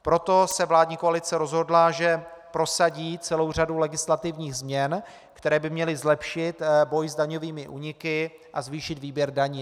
Proto se vládní koalice rozhodla, že prosadí celou řadu legislativních změn, které by měly zlepšit boj s daňovými úniky a zvýšit výběr daní.